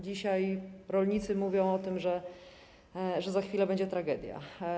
Dzisiaj rolnicy mówią o tym, że za chwilę będzie tragedia.